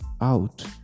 out